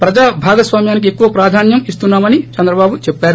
ప్రజా భాగస్వామ్యానికి ఎక్కువ ప్రాధాన్యం ఇస్తున్నా మని చంద్రబాబు చెప్పారు